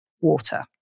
water